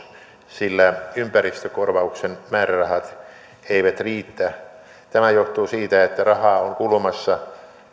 sillä ympäristökorvauksen määrärahat eivät riitä tämä johtuu siitä että rahaa on kulumassa